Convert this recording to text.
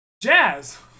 Jazz